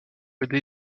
aider